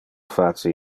face